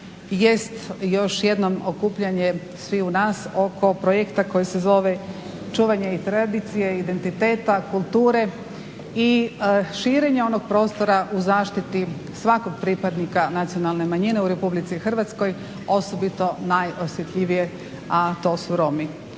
jest još jedno okupljanje sviju nas oko projekta koji se zove čuvanje i tradicije, identiteta, kulture i širenje onog prostora u zaštiti svakog pripadnika nacionalne manjine u RH osobito najosjetljivije, a to su Romi.